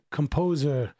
composer